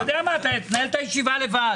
רשויות שאנחנו נלחמים עבורן,